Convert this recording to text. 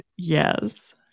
Yes